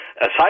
aside